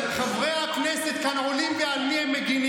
שיבינו אזרחי ישראל על מה חברי הכנסת כאן עולים ועל מי הם מגינים: